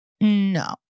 No